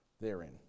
therein